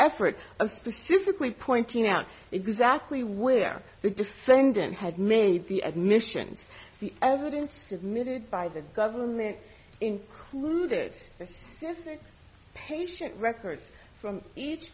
effort of specifically pointing out exactly where the defendant had made the admission the evidence submitted by the government included says that patient records from each